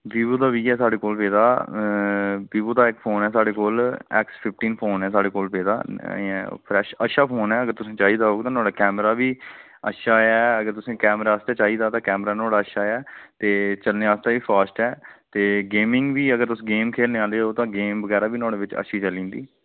Vivo दा बी ऐ साढ़े कोल पेदा वीवो दा इक फोन ऐ साढ़े कोल ऐक्स फिफ्टीन फोन ऐ साढ़े कोल पेदा इ'यां फ्रैश अच्छा फोन ऐ अगर तुसें चाहिदा होग ते नुहाड़ा कैमरा बी अच्छा ऐ अगर तुसें कैमरा आस्तै चाहिदा ऐ ते कैमरा नुहाड़ा अच्छा ऐ ते चलने आस्तै बी फास्ट ऐ ते गेमिंग बी अगर तुस गेम खेलने आह्ले ओ तां गेम बगैरा बी नुहाड़े बिच्च अच्छी चली जंदी